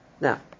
Now